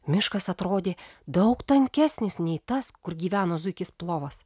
miškas atrodė daug tankesnis nei tas kur gyveno zuikis plovas